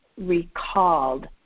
recalled